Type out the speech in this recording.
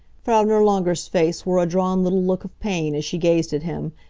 frau nirlanger's face wore a drawn little look of pain as she gazed at him,